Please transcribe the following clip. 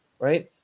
right